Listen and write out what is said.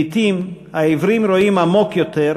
לעתים העיוורים רואים עמוק יותר,